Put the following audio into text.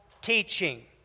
teaching